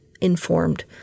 informed